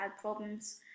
problems